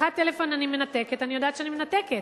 שיחת טלפון, אני מנתקת, אני יודעת שאני מנתקת.